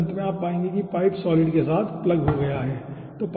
और फिर अंत में आप पाएंगे कि पाइप सॉलिड के साथ प्लग हो गया है ठीक है